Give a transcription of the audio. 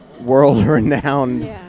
world-renowned